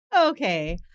Okay